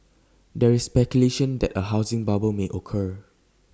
there is speculation that A housing bubble may occur